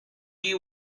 you